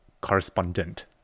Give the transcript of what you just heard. correspondent